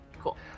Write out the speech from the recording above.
Cool